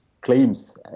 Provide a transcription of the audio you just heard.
claims